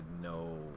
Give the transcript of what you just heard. no